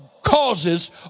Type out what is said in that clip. causes